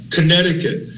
Connecticut